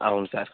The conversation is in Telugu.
అవును సార్